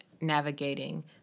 navigating